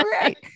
right